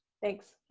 thanks.